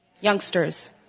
youngsters